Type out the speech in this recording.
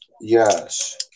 Yes